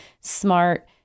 smart